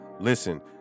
Listen